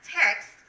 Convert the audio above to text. text